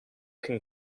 can